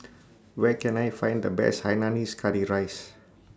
Where Can I Find The Best Hainanese Curry Rice